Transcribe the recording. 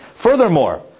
Furthermore